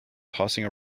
tossing